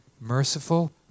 Merciful